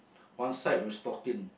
one side with stocking